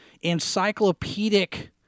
encyclopedic